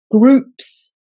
groups